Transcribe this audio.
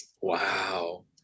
Wow